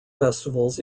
festivals